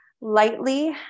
lightly